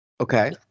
Okay